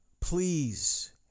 Please